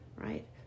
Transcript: right